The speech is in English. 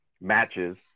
matches